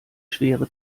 schwere